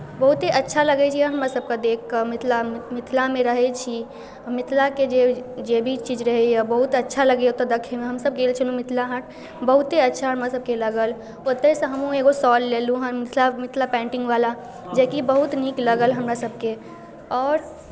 बहुते अच्छा लगै छै हमरासभके देखि कऽ मिथिला मिथिलामे रहै छी मिथिलाके जे जे भी चीज रहैए बहुत अच्छा लगैए ओतय देखैमे हमसभ गेल छलहुँ मिथिला हाट बहुते अच्छा हमरासभके लगल ओतहिसँ हमहूँ एगो शॉल लेलहुँ हेँ मतलब मिथिला पेन्टिंगवला जेकि बहुत नीक लागल हमरासभके आओर